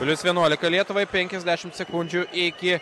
plius vienuolika lietuvai penkiasdešimt sekundžių iki